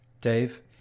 Dave